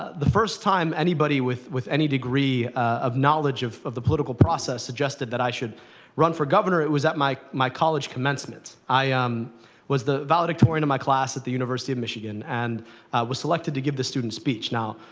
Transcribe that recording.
the first time anybody with with any degree of knowledge of of the political process suggested that i should run for governor, it was at my my college commencement. i um was the valedictorian of my class at the university of michigan, and i was selected to give the student speech. now,